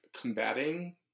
combating